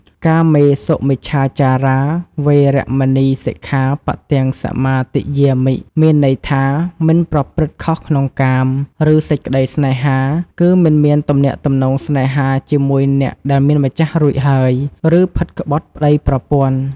កាមេសុមិច្ឆាចារា វេរមណី សិក្ខាបទំ សមាទិយាមិ មានន័យថា មិនប្រព្រឹត្តខុសក្នុងកាម ឬសេចក្តីស្នេហា គឺមិនមានទំនាក់ទំនងស្នេហាជាមួយអ្នកដែលមានម្ចាស់រួចហើយ ឬផិតក្បត់ប្តីប្រពន្ធ។